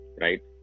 right